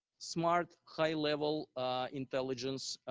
smart, high level intelligence,